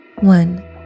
One